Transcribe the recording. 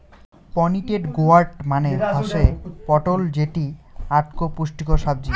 pointed gourd মানে হসে পটল যেটি আকটো পুষ্টিকর সাব্জি